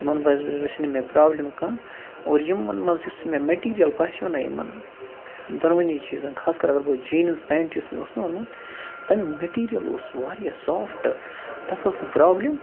یِمَن منٛز باسے نہٕ مےٚ پرٛابلِم کانٛہہ اور یِمَن منٛز یُس مےٚ میٚٹیٖریَل باسیو نہ یِمَن دۄنوٕنی چیٖزَن خاص کر اگر بہٕ جیٖنٕز پٮ۪نٛٹ یُس مےٚ اوس نہ اوٚنمُت تَمیُک میٚٹیٖریَل اوس واریاہ سافٹہٕ تَتھ اوس نہٕ پرٛابلِم